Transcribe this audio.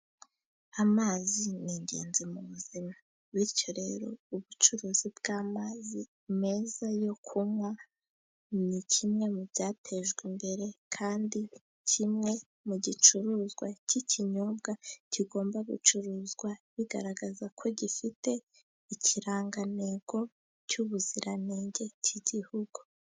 Amazi ni ingenzi mu buzima. Bityo rero, ubucuruzi bw’amazi meza yo kunywa ni kimwe mu byatejwe imbere, kandi ni kimwe mu gicuruzwa cy’ikinyobwa kigomba gucuruzwa, bigaragaza ko gifite ikirangantego cy’ubuziranenge cy’igihugu.